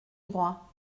droit